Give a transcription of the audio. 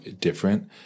different